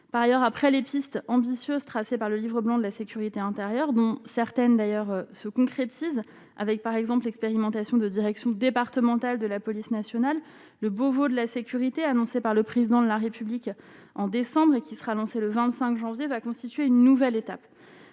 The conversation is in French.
par ailleurs après les pistes ambitieuse tracé par le Livre blanc de la sécurité intérieure, dont certaines d'ailleurs se concrétise avec par exemple l'expérimentation de direction départementale de la police nationale, le bobo de la sécurité annoncé par le président de la République en décembre et qui sera annoncé le 25 janvier va constituer une nouvelle étape